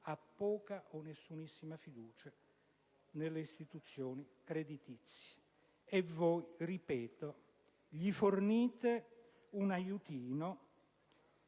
poca o nessunissima fiducia nelle istituzioni creditizie; ma voi - ripeto - fornite loro un aiutino,